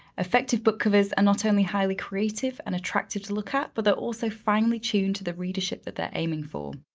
effective book covers are not only highly creative and attractive to look at, but they're also finely tuned to the readership that they're aiming for.